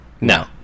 No